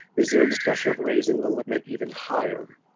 is there a discussion of raising the limit even higher?